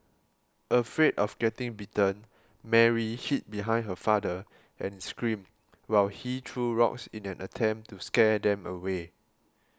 afraid of getting bitten Mary hid behind her father and screamed while he threw rocks in an attempt to scare them away